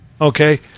okay